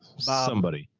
ah somebody.